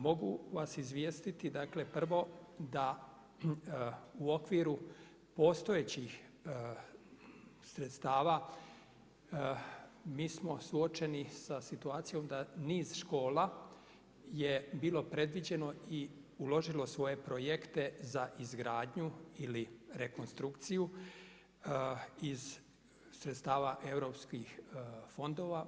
Mogu vas izvijestiti, dakle prvo da u okviru postojećih sredstava mi smo suočeni sa situacijom da niz škola je bilo predviđeno i uložilo svoje projekte za izgradnju ili rekonstrukciju iz sredstava europskih fondova.